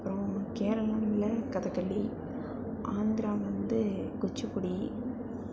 அப்றம் கேரளமில் கதகளி ஆந்திரா வந்து குச்சுப்பிடி